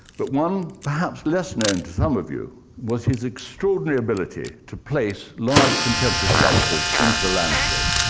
but one, perhaps less known to some of you, was his extraordinary ability to place large contemporary sculptures into the landscape.